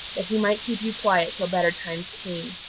that he might keep you quiet till better times came.